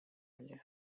nie